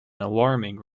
alarming